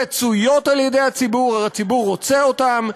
רצויות על-ידי הציבור, הרי הציבור רוצה אותן.